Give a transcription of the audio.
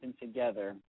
together